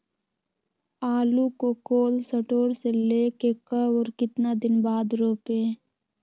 आलु को cold store से ले के कब और कितना दिन बाद रोपे?